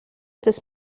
des